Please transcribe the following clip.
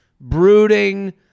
brooding